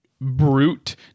brute